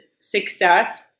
success